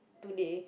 today